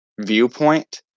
viewpoint